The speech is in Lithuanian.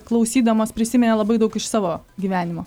klausydamos prisiminė labai daug iš savo gyvenimo